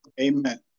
amen